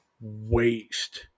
waste